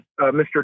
Mr